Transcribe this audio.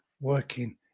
working